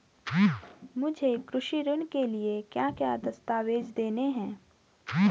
मुझे कृषि ऋण के लिए क्या क्या दस्तावेज़ देने हैं?